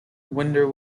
winder